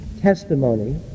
testimony